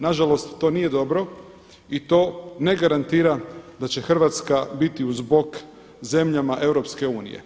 Nažalost, to nije dobro i to ne garantira da će Hrvatska biti uz bok zemljama EU.